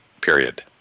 period